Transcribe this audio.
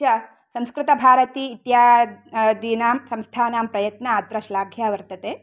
च संस्कृतभारती इत्यादीनां संस्थानां प्रयत्नः अत्र श्लाघ्यः वर्तते